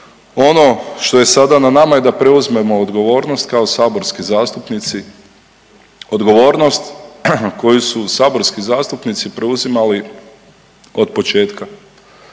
Ono što je sada na nama je da preuzmemo odgovornost kao saborski zastupnici. Odgovornost koju su saborski zastupnici preuzimali od početka.